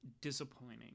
disappointing